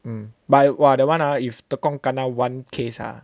mm but !wah! that one ah if tekong kena one case ah